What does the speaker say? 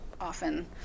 often